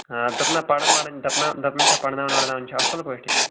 آ دَپ نَہ پَران وَران دپ نَہ دَپان چھا پرناوان ورناوان چھِ اصٕل پٲٹھۍ یِم